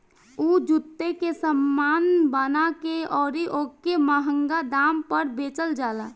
उ जुटे के सामान बना के अउरी ओके मंहगा दाम पर बेचल जाला